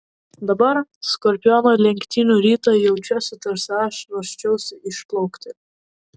dabar skorpiono lenktynių rytą jaučiuosi tarsi aš ruoščiausi išplaukti